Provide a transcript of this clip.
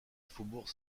faubourg